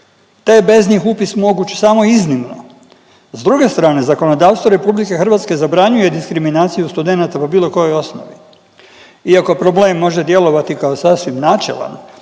je bez njih upis moguć samo iznimno. S druge strane zakonodavstvo RH zabranjuje diskriminaciju studenata po bilo kojoj osnovi. Iako problem može djelovati kao sasvim načelan,